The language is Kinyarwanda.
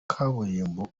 kaburimbo